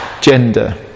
gender